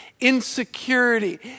insecurity